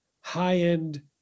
high-end